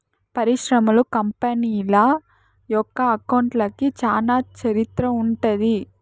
పరిశ్రమలు, కంపెనీల యొక్క అకౌంట్లకి చానా చరిత్ర ఉంటది